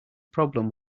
problem